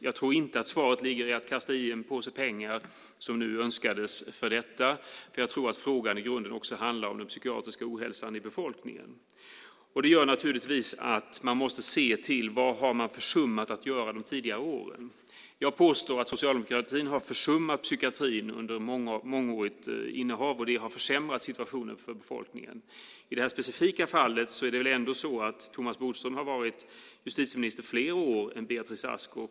Jag tror inte att svaret ligger i att kasta in en påse pengar, som nu önskades. Jag tror att frågan i grunden också handlar om den psykiatriska ohälsan hos befolkningen. Man måste se vad man har försummat att göra under tidigare år. Jag påstår att socialdemokratin har försummat psykiatrin under ett mångårigt regeringsinnehav, och det har försämrat situationen för befolkningen. I det här specifika fallet är det väl ändå så att Thomas Bodström har varit justitieminister fler år än Beatrice Ask.